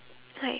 like